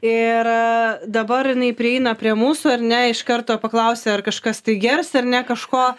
ir dabar jinai prieina prie mūsų ar ne iš karto paklausė ar kažkas tai gers ar ne kažko